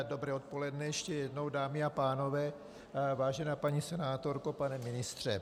Dobré odpoledne ještě jednou, dámy a pánové, vážená paní senátorko, pane ministře.